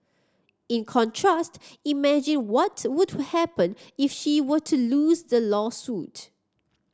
in contrast imagine what would happen if she were to lose the lawsuit